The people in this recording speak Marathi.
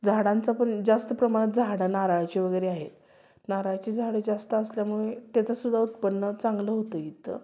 झाडांचा पण जास्त प्रमाणात झाडं नारळाची वगैरे आहेत नारळाची झाडं जास्त असल्यामुळे त्याचासुद्धा उत्पन्न चांगलं होतं आहे इथं